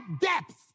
depth